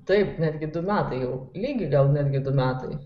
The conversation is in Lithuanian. taip netgi du metai jau lygiai gal netgi du metai